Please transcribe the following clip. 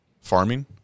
farming